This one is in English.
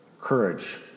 courage